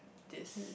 this